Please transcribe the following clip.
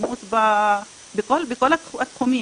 התקדמות בכל התחומים.